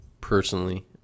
personally